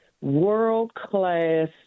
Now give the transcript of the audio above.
world-class